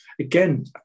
again